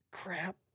Crap